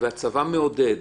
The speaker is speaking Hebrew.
והצבא מעודד,